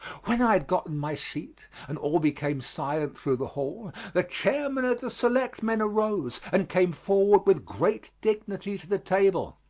when i had gotten my seat and all became silent through the hall, the chairman of the selectmen arose and came forward with great dignity to the table,